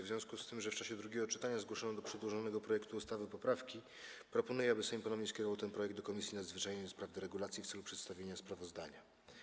W związku z tym, że w czasie drugiego czytania zgłoszono do przedłożonego projektu ustawy poprawki, proponuję, aby Sejm ponownie skierował ten projekt do Komisji Nadzwyczajnej do spraw deregulacji w celu przedstawienia sprawozdania.